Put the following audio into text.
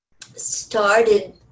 started